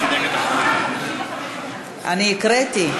הקראתי.